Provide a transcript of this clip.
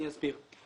אני אסביר.